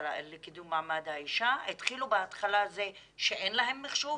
לקידום מעמד האישה התחילו בהתחלה בזה שאין להם מחשוב,